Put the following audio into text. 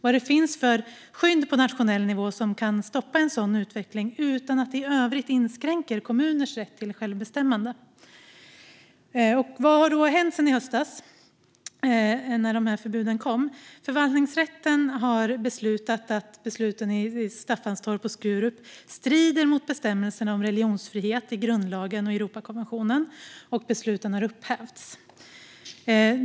Vad finns det för skydd på nationell nivå som kan stoppa en sådan utveckling utan att det i övrigt inskränker kommuners rätt till självbestämmande? Vad har då hänt sedan i höstas, när de här förbuden kom? Förvaltningsrätten har beslutat att besluten i Staffanstorp och Skurup strider mot bestämmelserna om religionsfrihet i grundlagen och Europakonventionen, och besluten har upphävts.